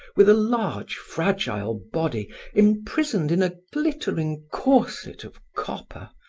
with a large, fragile body imprisoned in a glittering corset of copper,